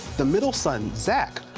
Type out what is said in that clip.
the middle son, zach,